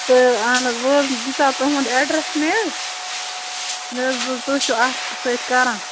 تہٕ اہن حظ وۄنۍ حظ دِژیو تُہُنٛد ایڈرٮ۪س مےٚ حظ مےٚ حظ بوٗز تُہۍ چھِو اَتھ سۭتۍ کران